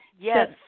yes